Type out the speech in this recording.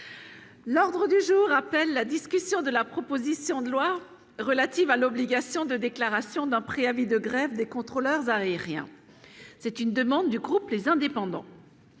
L'ordre du jour appelle la discussion de la proposition de loi relative à l'obligation de déclaration d'un préavis de grève des contrôleurs aériens, c'est une demande du groupe, les indépendants.